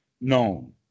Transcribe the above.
known